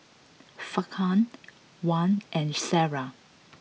Farhan Wan and Sarah